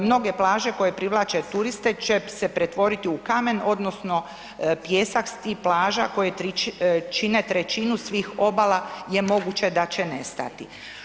Mnoge plaže koje privlače turiste će se pretvoriti u kamen, odnosno pijesak s tih plaža koje čine trećinu svih obala je moguće da će nestati.